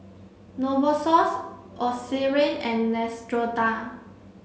Novosource Eucerin and Neostrata